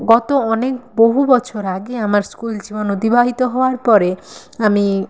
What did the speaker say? গত অনেক বহু বছর আগে আমার স্কুল জীবন অতিবাহিত হওয়ার পরে আমি